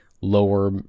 lower